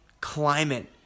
climate